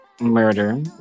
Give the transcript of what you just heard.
murder